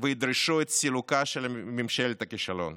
וידרשו את סילוקה של ממשלת הכישלון.